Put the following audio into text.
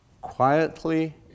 quietly